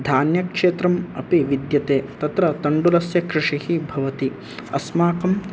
धान्यक्षेत्रम् अपि विद्यते तत्र तण्डुलस्य कृषिः भवति अस्माकं